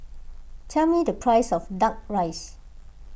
tell me the price of Duck Rice